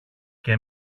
και